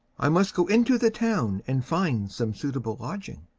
i must go into the town and find some suitable lodging.